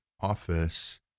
office